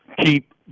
keep